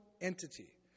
entity